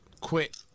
quit